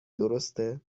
درسته